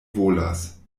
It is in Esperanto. volas